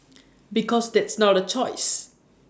because that's not A choice